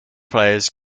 players